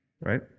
right